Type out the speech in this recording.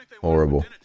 Horrible